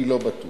אני לא בטוח.